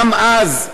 גם אז,